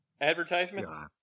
advertisements